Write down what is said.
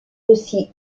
aussi